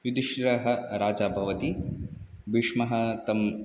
युधिष्ठिरः राजा भवति भीष्मः तम्